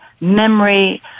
memory